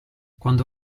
quando